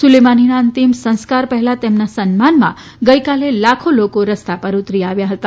સુલેમાનીના અંતિમ સંસ્કાર પહેલા તેમના સન્માનમાં ગઈકાલે લાખો લોકો રસ્તા પર ઉતરી આવ્યા હતા